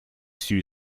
всю